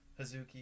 Hazuki